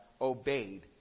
obeyed